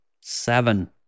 seven